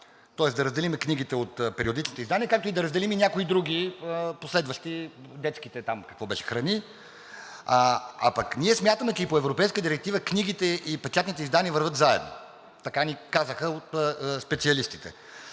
тоест да разделим книгите от периодичните издания, както и да разделим някои други последващи, детските там – какво беше, храни. А пък ние смятаме, че и по европейска директива книгите и печатните издания вървят заедно – така ни казаха специалистите.